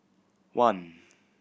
one